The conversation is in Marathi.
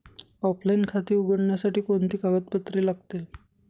ऑफलाइन खाते उघडण्यासाठी कोणती कागदपत्रे लागतील?